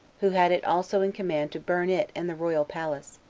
who had it also in command to burn it and the royal palace,